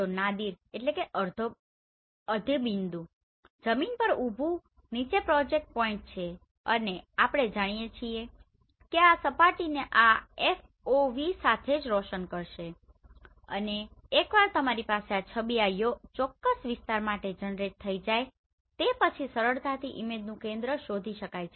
તો નાદિરNadirઅધોબિંદુ જમીન પર ઉભું નીચે પ્રોજેક્ટેડ પોઇન્ટ છે અને આપણે જાણીએ છીએ કે આ આ સપાટીને આ FOV સાથે જ રોશન કરશે અને એકવાર તમારી પાસે આ છબી આ ચોક્કસ વિસ્તાર માટે જનરેટ થઈ જાય તે પછી તમે સરળતાથી ઇમેજનું કેન્દ્ર શોધી શકશો